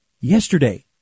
Yesterday